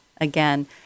Again